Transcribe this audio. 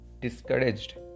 discouraged